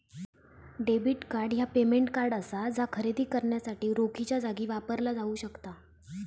debit card ह्या payment card असा जा खरेदी करण्यासाठी रोखीच्यो जागी वापरला जाऊ शकता